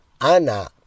ana